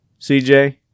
CJ